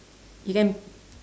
you can